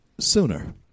Sooner